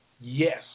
Yes